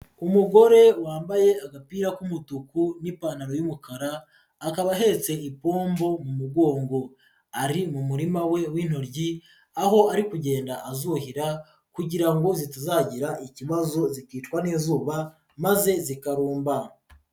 Umugore wambaye agapira k'umutuku n'ipantaro y'umukara, akaba ahetse ipombo mu mugongo. Ari mu murima we w'intoryi aho ari kugenda azuhira kugira ngo zitazagira ikibazo zikicwa n'izuba maze zikarumba.